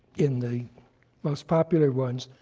in the most popular ones,